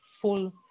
full